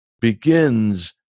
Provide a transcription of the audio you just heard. begins